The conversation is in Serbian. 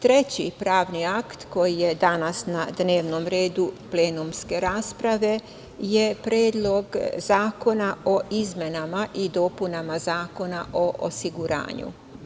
Treći pravni akt koji je danas na dnevnom redu plenumske rasprave je Predlog zakona o izmenama i dopunama Zakona o osiguranju.